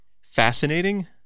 fascinating